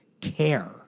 care